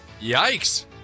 Yikes